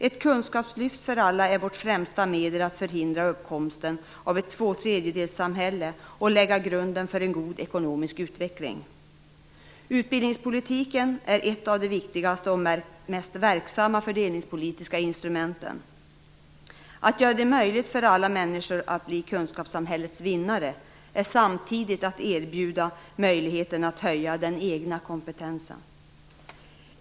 Ett kunskapslyft för alla är det främsta medlet att förhindra uppkomsten av ett tvåtredjedelssamhälle och lägga grunden för en god ekonomisk utveckling. Utbildningspolitiken är ett av de viktigaste och mest verksamma fördelningspolitiska instrumenten. Att göra det möjligt för alla människor att bli kunskapssamhällets vinnare är samtidigt att erbjuda möjligheten att höja den egna kompetensen.